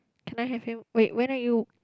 can I have him wait when are you